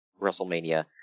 WrestleMania